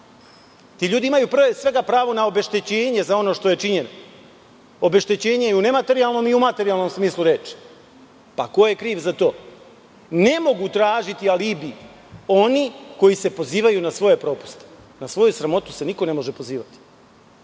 Ti ljudi imaju pre svega pravo na obeštećenje za ono što je činjeno. Obeštećenje je i u materijalnom i u nematerijalnom smislu reči. Ko je kriv za to? Ne mogu tražiti alibi oni koji se pozivaju na svoje propuste. Na svoju sramotu se niko ne može pozivati,